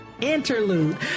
interlude